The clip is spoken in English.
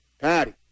Patty